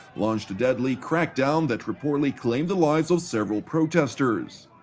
launched a deadly crackdown that reportedly claimed the lives of several protesters.